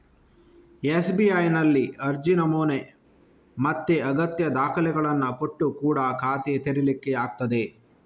ಎಸ್.ಬಿ.ಐನಲ್ಲಿ ಅರ್ಜಿ ನಮೂನೆ ಮತ್ತೆ ಅಗತ್ಯ ದಾಖಲೆಗಳನ್ನ ಕೊಟ್ಟು ಕೂಡಾ ಖಾತೆ ತೆರೀಲಿಕ್ಕೆ ಆಗ್ತದೆ